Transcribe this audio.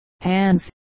hands